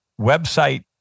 website